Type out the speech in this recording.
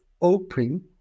open